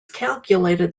calculated